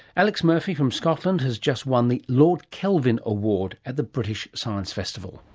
alex murphy from scotland has just won the lord kelvin award at the british science festival.